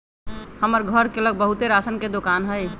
हमर घर के लग बहुते राशन के दोकान हई